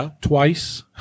twice